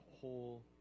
whole